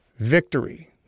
victory